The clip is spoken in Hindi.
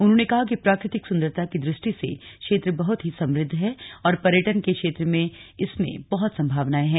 उन्होंने कहा कि प्राकृतिक सुन्दरता की दृष्टि से क्षेत्र बहुत ही समृद्ध है और पर्यटन के क्षेत्र में इसमें बहुत सम्भावनाएं हैं